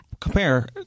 compare